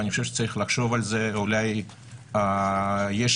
ואני חושב שצריך לחשוב על זה,